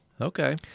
Okay